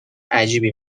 عجیبی